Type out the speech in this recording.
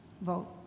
Vote